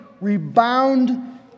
rebound